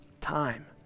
time